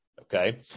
okay